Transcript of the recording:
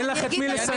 אין לך את מי לסנן.